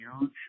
huge